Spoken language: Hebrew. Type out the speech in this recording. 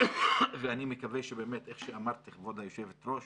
אני מקווה שבאמת, איך שאמרת כבוד היושבת-ראש,